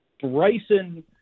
Bryson